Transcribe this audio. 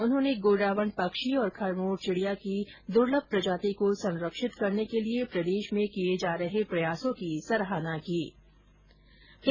उन्होंने गोडावण पक्षी और खरमोर चिड़िया की दुर्लभ प्रजाति को संरक्षित करने के लिए प्रदेश में किए जा रहे प्रयासों पर प्रसन्नता व्यक्त की